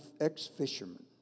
ex-fisherman